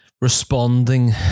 responding